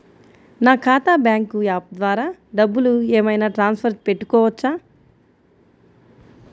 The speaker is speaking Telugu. నా ఖాతా బ్యాంకు యాప్ ద్వారా డబ్బులు ఏమైనా ట్రాన్స్ఫర్ పెట్టుకోవచ్చా?